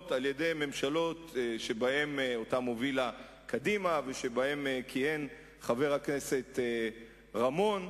על-ידי ממשלות שאותן הובילה קדימה ובהן כיהן חבר הכנסת רמון.